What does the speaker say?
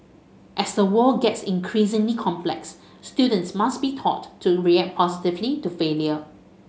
as the world gets increasingly complex students must be taught to react positively to failure